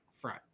front